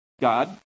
God